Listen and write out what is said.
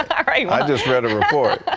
i just read a report.